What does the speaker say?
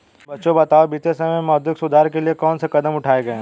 बच्चों बताओ बीते समय में मौद्रिक सुधार के लिए कौन से कदम उठाऐ गए है?